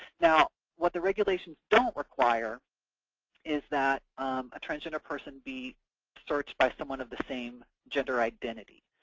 now, what the regulations don't require is that a transgender person be searched by someone of the same gender identity.